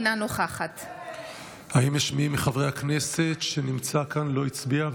אינה נוכחת האם יש מי מחברי הכנסת שנמצא כאן ולא הצביע,